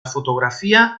fotografia